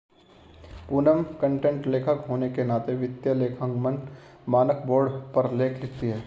Poonam content लेखक होने के नाते वित्तीय लेखांकन मानक बोर्ड पर लेख लिखती है